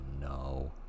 no